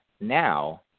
now